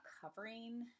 covering